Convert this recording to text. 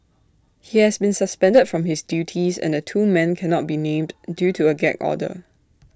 he has been suspended from his duties and the two men cannot be named due to A gag order